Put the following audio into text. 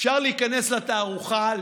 אפשר להיכנס לתערוכה,